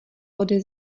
ode